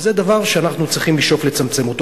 וזה דבר שאנחנו צריכים לשאוף לצמצם אותו.